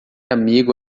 amigo